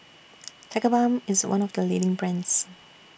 Tigerbalm IS one of The leading brands